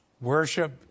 worship